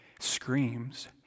screams